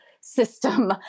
system